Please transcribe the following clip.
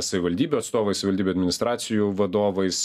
savivaldybių atstovais savivaldybių administracijų vadovais